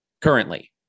Currently